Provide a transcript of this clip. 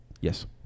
Yes